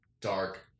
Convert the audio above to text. dark